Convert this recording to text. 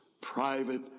private